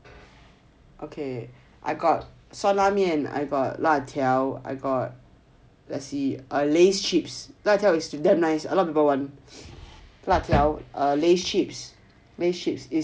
okay I got 酸辣面 I got 辣条 I got let's see uh Lay's chips 辣椒 is damn nice a lot people want 辣条 err Lay's chips Lay's chips